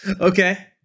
Okay